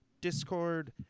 Discord